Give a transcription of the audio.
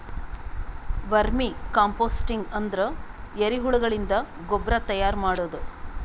vermi composting ಅಂದ್ರ ಎರಿಹುಳಗಳಿಂದ ಗೊಬ್ರಾ ತೈಯಾರ್ ಮಾಡದು